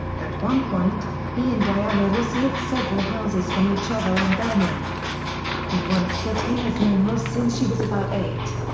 at one point, he and diana ross lived several houses from each other on belmont he once said he has known ross since she was about eight.